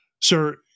Sir